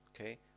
okay